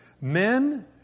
men